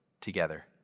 together